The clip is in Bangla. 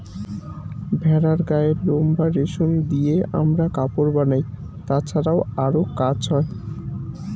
ভেড়ার গায়ের লোম বা রেশম দিয়ে আমরা কাপড় বানাই, তাছাড়াও আরো কাজ হয়